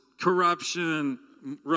corruption